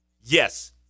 yes